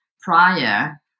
prior